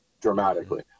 dramatically